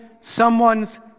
someone's